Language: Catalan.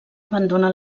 abandona